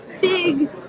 big